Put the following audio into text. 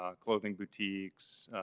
um clothing boutiques,